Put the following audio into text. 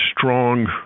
strong